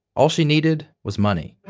all she needed was money